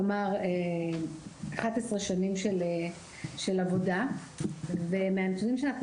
כלומר 11 שנים של עבודה ומהנתונים שאנחנו